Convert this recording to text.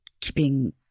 keeping